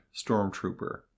Stormtrooper